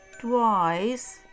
twice